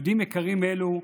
יהודים יקרים אלו,